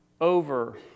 over